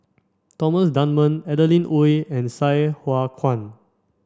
Thomas Dunman Adeline Ooi and Sai Hua Kuan